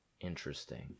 Interesting